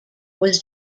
was